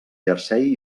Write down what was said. jersei